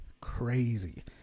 crazy